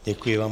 Děkuji vám.